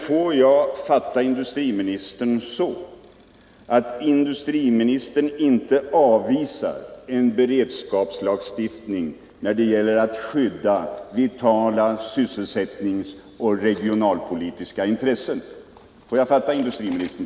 Får jag fatta industriministern så, att industriministern inte avvisar en beredskapslagstiftning när det gäller att skydda vitala sysselsättningsoch regionalpolitiska intressen?